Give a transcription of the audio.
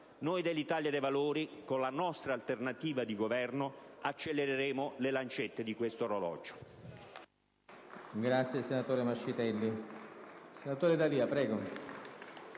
Noi del Gruppo Italia dei Valori, con la nostra alternativa di governo, accelereremo le lancette di questo orologio.